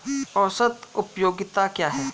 औसत उपयोगिता क्या है?